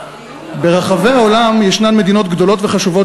ברחבי העולם יש מדינות גדולות וחשובות